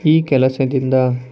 ಈ ಕೆಲಸದಿಂದ